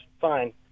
fine